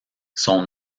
son